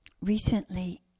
recently